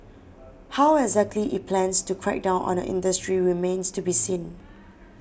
how exactly it plans to crack down on the industry remains to be seen